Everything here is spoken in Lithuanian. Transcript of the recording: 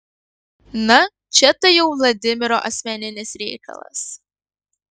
na čia tai jau vladimiro asmeninis reikalas